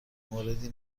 موردی